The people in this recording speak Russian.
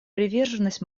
приверженность